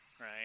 right